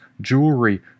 jewelry